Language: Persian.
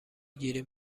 گیریم